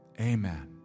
Amen